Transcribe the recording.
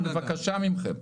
בבקשה מכם.